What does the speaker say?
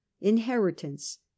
inheritance